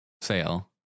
Sale